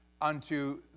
unto